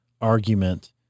argument